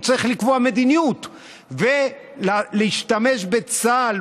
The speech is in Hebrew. הוא צריך לקבוע מדיניות ולהשתמש בצה"ל,